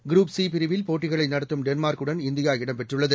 group C பிரிவில் போட்டிகளை நடத்தும் டென்மார்க்குடன் இந்தியா இடம்பெற்றுள்ளது